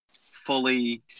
fully